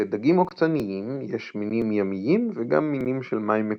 לדגים עוקצניים יש מינים ימיים וגם מינים של מים מתוקים.